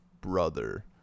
brother